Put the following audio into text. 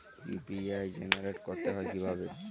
UPI generate করতে হয় কিভাবে?